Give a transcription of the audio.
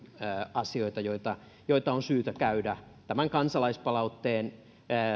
asioita joita joita on syytä käydä läpi tämän kansalaispalautteen